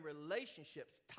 relationships